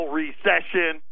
recession